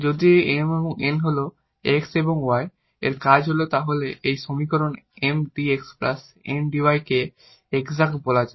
যদি এই M এবং N হল x এবং y এর কাজ তাহলে এই সমীকরণ Mdx Ndy কে এক্সাট বলা হয়